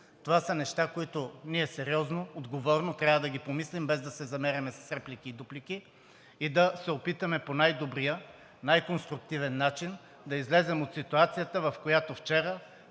Това са неща, които ние сериозно, отговорно трябва да ги помислим, без да се замеряме с реплики и дуплики и да се опитаме по най добрия, най-конструктивния начин да излезем от ситуацията, в която вчера